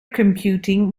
computing